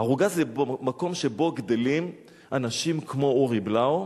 ערוגה זה מקום שבו גדלים אנשים כמו אורי בלאו,